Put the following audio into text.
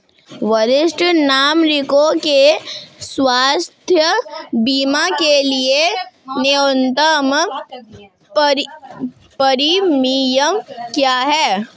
वरिष्ठ नागरिकों के स्वास्थ्य बीमा के लिए न्यूनतम प्रीमियम क्या है?